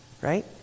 right